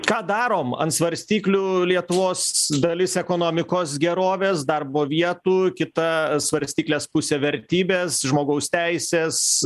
ką darom ant svarstyklių lietuvos dalis ekonomikos gerovės darbo vietų kita svarstyklės pusė vertybės žmogaus teisės